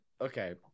okay